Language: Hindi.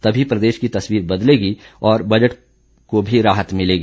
तभी प्रदेश की तस्वीर बदलेगी और बजट को भी राहत मिलेगी